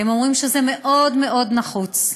הם אומרים שזה מאוד מאוד נחוץ.